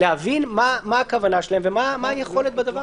להבין מה הכוונה ומה היכולת בזה.